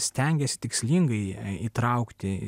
stengiasi tikslingai įtraukti